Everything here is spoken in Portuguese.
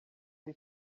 ele